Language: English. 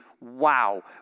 Wow